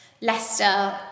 Leicester